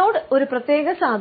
head